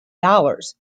dollars